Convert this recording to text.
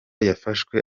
yafashwe